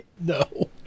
No